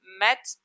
met